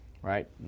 right